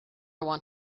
want